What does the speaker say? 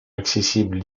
accessibles